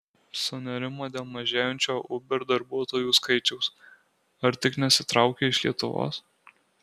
sunerimo dėl mažėjančio uber darbuotojų skaičiaus ar tik nesitraukia iš lietuvos